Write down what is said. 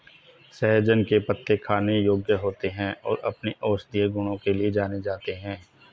सहजन के पत्ते खाने योग्य होते हैं और अपने औषधीय गुणों के लिए जाने जाते हैं